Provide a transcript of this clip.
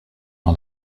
all